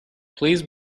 please